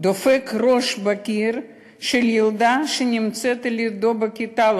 דופק בקיר ראש של ילדה שנמצאת לידו בכיתה,